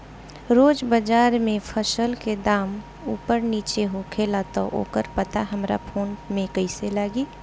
रोज़ बाज़ार मे फसल के दाम ऊपर नीचे होखेला त ओकर पता हमरा फोन मे कैसे लागी?